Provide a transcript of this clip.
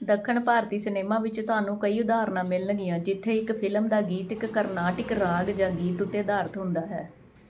ਦੱਖਣ ਭਾਰਤੀ ਸਿਨੇਮਾ ਵਿੱਚ ਤੁਹਾਨੂੰ ਕਈ ਉਦਾਹਰਣਾਂ ਮਿਲਣਗੀਆਂ ਜਿੱਥੇ ਇੱਕ ਫ਼ਿਲਮ ਦਾ ਗੀਤ ਇੱਕ ਕਾਰਨਾਟਿਕ ਰਾਗ ਜਾਂ ਗੀਤ ਉੱਤੇ ਅਧਾਰਤ ਹੁੰਦਾ ਹੈ